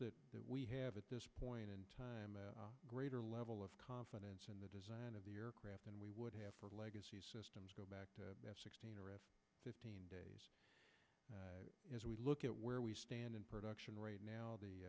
that that we have at this point in time a greater level of confidence in the design of the aircraft than we would have for the legacy systems go back to that sixteen or f fifteen days as we look at where we stand in production right now the